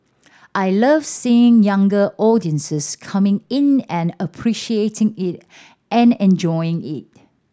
I love seeing younger audiences coming in and appreciating it and enjoying it